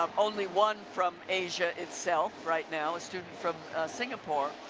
um only one from asia itself right now, a student from singapore,